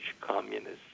communist